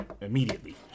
immediately